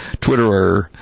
Twitterer